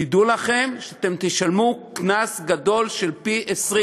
תדעו לכם שאתם תשלמו קנס גדול, פי-20